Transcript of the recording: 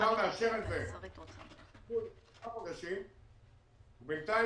אפשר לאשר לשלושה חודשים את התיקון ובינתיים